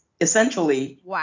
Essentially